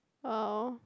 oh